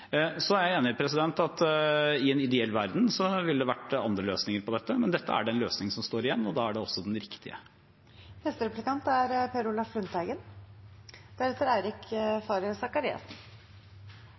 Så er jeg enig i at i en ideell verden ville det vært andre løsninger på dette, men dette er den løsningen som står igjen, og da er det også den riktige.